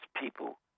people